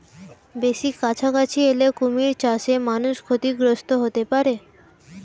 বেশি কাছাকাছি এলে কুমির চাষে মানুষ ক্ষতিগ্রস্ত হতে পারে